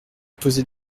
poser